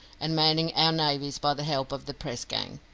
and manning our navies by the help of the press-gang,